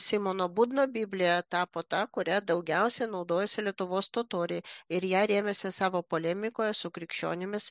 simono budno biblija tapo ta kuria daugiausiai naudojosi lietuvos totoriai ir ja rėmėsi savo polemikoje su krikščionimis